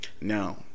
now